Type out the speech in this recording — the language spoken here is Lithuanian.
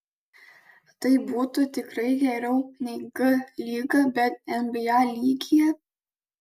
tai būtų tikrai geriau nei g lyga bet nba lygyje